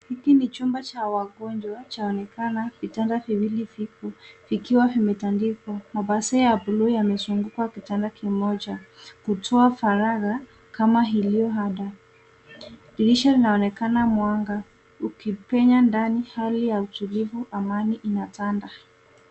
Hiki ni chumba cha wagonjwa. Chaonekana vitanda viwili vipo vikiwa vimetandikwa . Mapazia ya bluu yamezunguka kitanda kimoja kutoa faragha kama iliyo ada. Dirisha linaonekana mwanga ukipenya ndani. Hali ya utulivu amani inatanda.